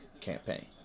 campaign